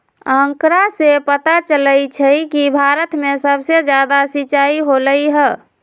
आंकड़ा से पता चलई छई कि भारत में सबसे जादा सिंचाई होलई ह